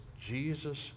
Jesus